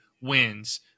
wins